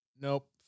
Nope